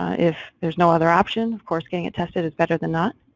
if there's no other option of course getting tested is better than not.